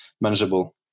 manageable